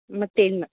मग तेल न